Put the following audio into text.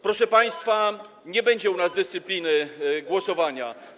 Proszę państwa, nie będzie u nas dyscypliny głosowania.